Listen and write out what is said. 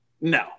No